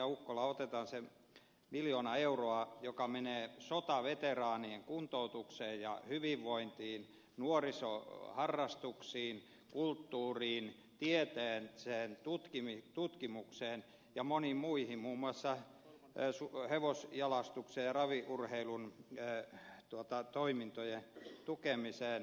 ukkola otetaan se miljoona euroa joka menee sotaveteraanien kuntoutukseen ja hyvinvointiin nuorison harrastuksiin kulttuuriin tieteeseen tutkimukseen ja moniin muihin muun muassa hevosjalostuksen ja raviurheilun toimintojen tukemiseen